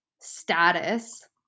status